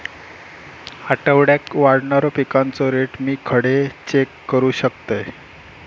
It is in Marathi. आठवड्याक वाढणारो पिकांचो रेट मी खडे चेक करू शकतय?